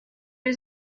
was